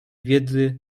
wiedzy